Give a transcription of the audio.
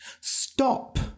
Stop